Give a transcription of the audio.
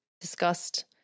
discussed